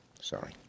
Sorry